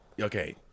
Okay